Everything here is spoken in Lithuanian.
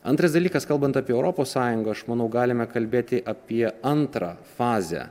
antras dalykas kalbant apie europos sąjungą aš manau galime kalbėti apie antrą fazę